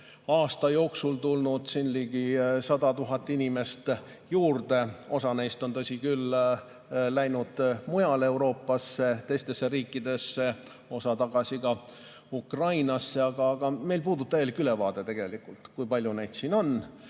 aasta jooksul on tulnud siia ligi 100 000 inimest juurde. Osa neist on, tõsi küll, läinud mujale Euroopasse, teistesse riikidesse, osa tagasi Ukrainasse, aga meil puudub tegelikult täielik ülevaade sellest, kui palju neid siin on.